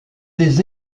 des